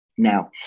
Now